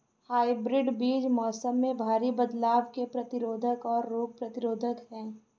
hybrid बीज मौसम में भारी बदलाव के प्रतिरोधी और रोग प्रतिरोधी हैं